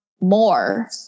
more